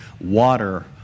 water